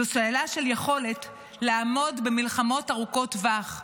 זו שאלה של יכולת לעמוד במלחמות ארוכות טווח.